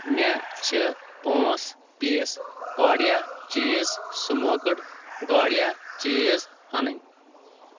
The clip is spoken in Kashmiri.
مےٚ چھِ پانٛژھ پیٖس gouda cheese smoked gouda cheese اَنٕنۍ